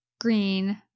green